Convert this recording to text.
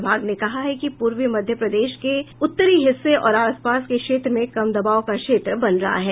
विभाग ने कहा है कि पूर्वी मध्य प्रदेश के उत्तरी हिस्से और आस पास के क्षेत्र में कम दबाव का क्षेत्र बन रहा है